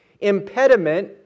impediment